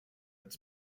its